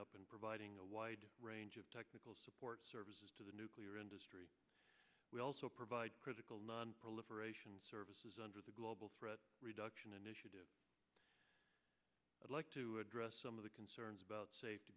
up and providing a wide range of technical support services to the nuclear industry we also provide critical nonproliferation services under the global threat reduction initiative i'd like to address some of the concerns about safety